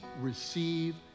receive